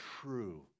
true